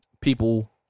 people